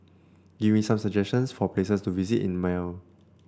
give me some suggestions for places to visit in Male